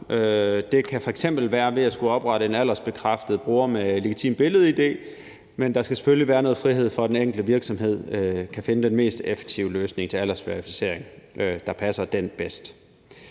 Det kan f.eks. være ved at skulle oprette en aldersbekræftet bruger med legitim billed-id, men der skal selvfølgelig være noget frihed for den enkelte virksomhed til at finde den løsning til aldersverificering, der er mest